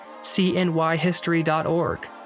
cnyhistory.org